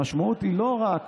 המשמעות היא שלא רק